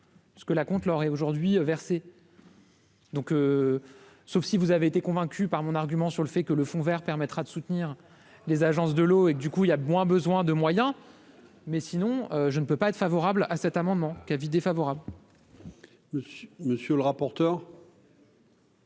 Ce que la compte lors et aujourd'hui versé. Donc, sauf si vous avez été convaincu par mon argument sur le fait que le fond Vert permettra de soutenir les agences de l'eau et du coup il y a moins besoin de moyens, mais sinon, je ne peux pas être favorable à cet amendement qui avis défavorable. Monsieur le rapporteur.